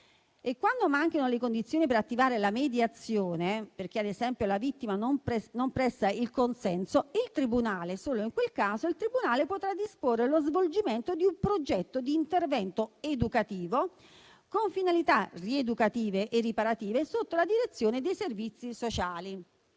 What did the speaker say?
Quando mancano le condizioni per attivare la mediazione, perché, ad esempio, la vittima non presta il consenso, il tribunale, solo in quel caso, potrà disporre lo svolgimento di un progetto di intervento educativo con finalità rieducative e riparative, sotto la direzione dei servizi sociali.